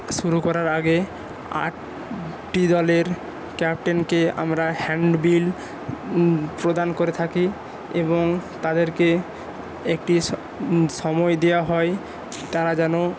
শুরু করার আগে আটটি দলের ক্যাপ্টেনকে আমরা হ্যান্ড বিল প্রদান করে থাকি এবং তাদেরকে একটি সময় দেওয়া হয় তারা যেন